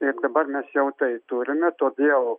ir dabar mes jau tai turime todėl